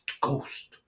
Ghost